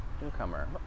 newcomer